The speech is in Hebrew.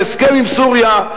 להסכם עם סוריה,